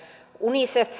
unicef